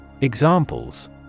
Examples